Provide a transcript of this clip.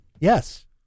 yes